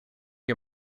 you